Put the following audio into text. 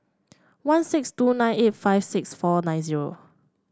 one six two nine eight five six four nine zero